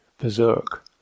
berserk